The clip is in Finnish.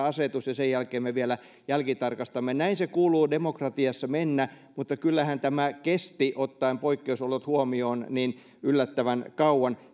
asetus ja sen jälkeen me vielä jälkitarkastamme näin se kuuluu demokratiassa mennä mutta kyllähän se kesti ottaen poikkeusolot huomioon yllättävän kauan